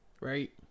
Right